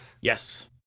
Yes